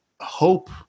hope